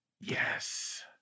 Yes